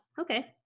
okay